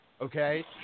Okay